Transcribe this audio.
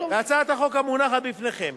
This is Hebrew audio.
בהצעת החוק המונחת בפניכם